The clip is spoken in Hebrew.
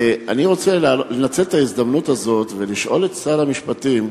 אני רוצה לנצל את ההזדמנות הזאת ולשאול את שר המשפטים: